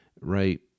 right